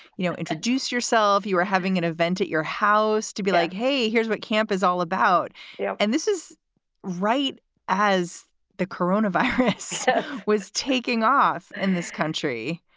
you know, introduce yourself. you are having an event at your house to be like, hey, here's what camp is all yeah and this is right as the corona virus was taking off in this country.